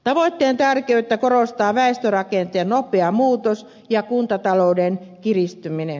tavoitteen tärkeyttä korostaa väestörakenteen nopea muutos ja kuntatalouden kiristyminen